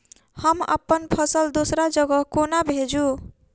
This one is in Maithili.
हम अप्पन फसल दोसर जगह कोना भेजू?